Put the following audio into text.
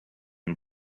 and